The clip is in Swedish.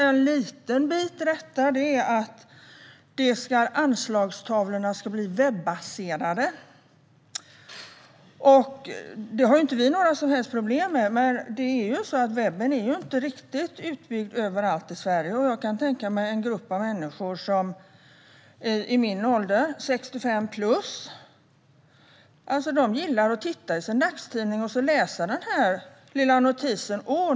En liten del av detta är också att anslagstavlorna ska bli webbaserade - det har vi inte några som helst problem med. Men webben är inte riktigt utbyggd överallt i Sverige, och jag kan tänka mig att en grupp människor i min ålder, 65 plus, gillar att titta i sin dagstidning och läsa den lilla notisen.